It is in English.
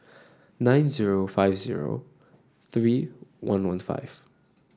nine zero five zero three one one five